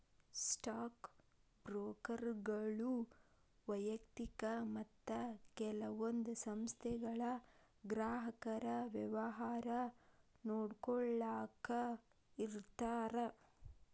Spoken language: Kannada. ಸ್ಟಾಕ್ ಬ್ರೋಕರ್ಗಳು ವ್ಯಯಕ್ತಿಕ ಮತ್ತ ಕೆಲವೊಂದ್ ಸಂಸ್ಥೆಗಳ ಗ್ರಾಹಕರ ವ್ಯವಹಾರ ನೋಡ್ಕೊಳ್ಳಾಕ ಇರ್ತಾರ